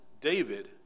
David